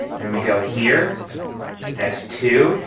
then we go here that's two.